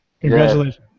Congratulations